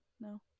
no